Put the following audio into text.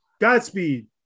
Godspeed